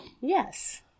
Yes